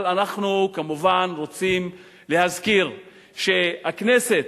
אבל אנחנו כמובן רוצים להזכיר שהכנסת,